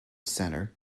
center